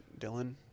Dylan